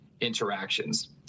interactions